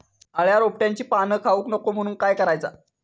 अळ्या रोपट्यांची पाना खाऊक नको म्हणून काय करायचा?